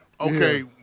Okay